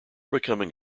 becoming